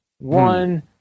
one